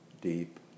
deep